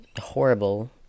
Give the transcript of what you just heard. horrible